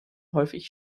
häufig